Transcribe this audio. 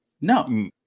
No